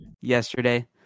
yesterday